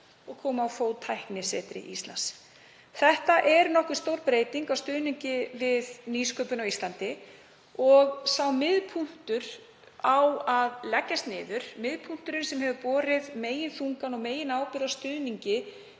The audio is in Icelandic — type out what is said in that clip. og koma á fót Tæknisetri Íslands. Það er nokkuð stór breyting á stuðningi við nýsköpun á Íslandi. Miðpunktinn á að leggja niður, miðpunktinn sem hefur borið meginþungann og meginábyrgð á stuðningi